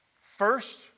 First